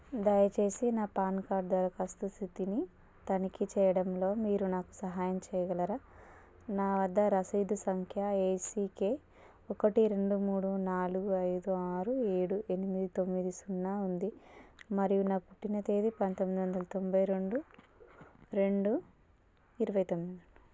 దయచేసి నా PAN card దరఖాస్తు స్థితిని తనిఖీ చేయడంలో మీరు నాకు సహాయం చేయగలరా నా వద్ద రసీదు సంఖ్య ఏసికె ఒకటి రెండు మూడు నాలుగు ఐదు ఆరు ఏడు ఎనిమిది తొమ్మిది సున్నా ఉంది మరియు నా పుట్టిన తేదీ పంతొమ్మిది వందల తొంభై రెండు రెండు ఇరవై తొమ్మిది నాడు